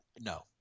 No